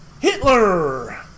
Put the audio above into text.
Hitler